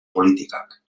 politikak